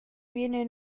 viene